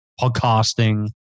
podcasting